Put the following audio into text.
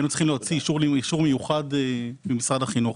והיינו צריכים להוציא אישור מיוחד ממשרד החינוך.